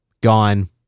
gone